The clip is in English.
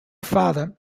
father